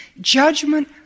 judgment